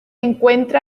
encuentra